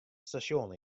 stasjon